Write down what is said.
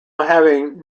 having